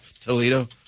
Toledo